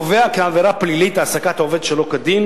קובע כעבירה פלילית העסקת עובד שלא כדין